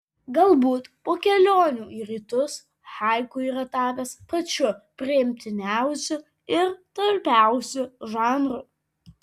galbūt po kelionių į rytus haiku yra tapęs pačiu priimtiniausiu ir talpiausiu žanru